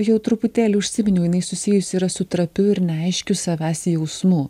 jau truputėlį užsiminiau jinai susijusi yra su trapiu ir neaiškiu savęs jausmu